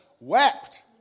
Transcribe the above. wept